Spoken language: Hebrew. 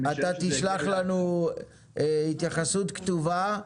אתה תשלח לנו התייחסות כתובה,